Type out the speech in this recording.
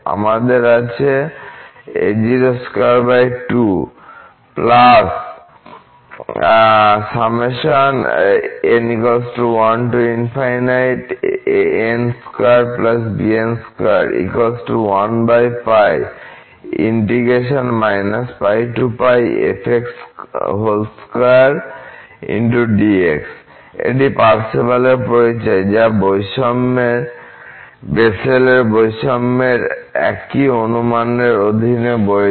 আমাদের আছে এটি পার্সেভালের পরিচয় যা বেসেলের বৈষম্যের একই অনুমানের অধীনে বৈধ